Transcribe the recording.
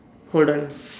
hold on